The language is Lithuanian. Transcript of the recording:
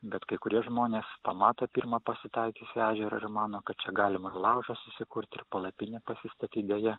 bet kai kurie žmonės pamato pirmą pasitaikiusį ežerą ir mano kad čia galima ir laužą susikurt ir palapinę pasistatyt deja